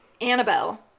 Annabelle